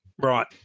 Right